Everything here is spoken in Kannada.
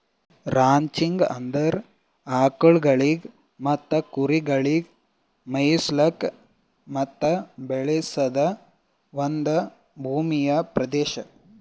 ರಾಂಚಿಂಗ್ ಅಂದುರ್ ಆಕುಲ್ಗೊಳಿಗ್ ಮತ್ತ ಕುರಿಗೊಳಿಗ್ ಮೆಯಿಸ್ಲುಕ್ ಮತ್ತ ಬೆಳೆಸದ್ ಒಂದ್ ಭೂಮಿಯ ಪ್ರದೇಶ